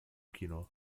kino